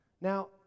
Now